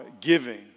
giving